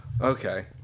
okay